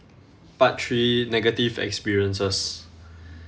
part three negative experiences